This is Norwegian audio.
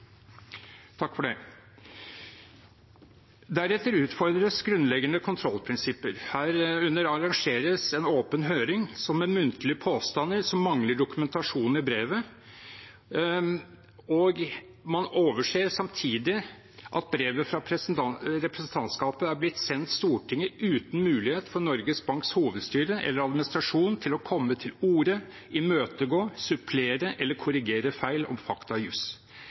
Takk for det. Deretter utfordres grunnleggende kontrollprinsipper. Herunder arrangeres en åpen høring, med muntlige påstander som mangler dokumentasjon i brevet, og man overser samtidig at brevet fra representantskapet er blitt sendt Stortinget uten mulighet for Norges Banks hovedstyre eller administrasjon til å komme til orde, imøtegå, supplere eller korrigere feil om fakta og juss.